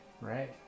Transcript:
right